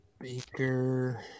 Baker